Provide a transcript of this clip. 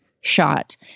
shot